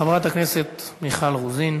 חברת הכנסת מיכל רוזין,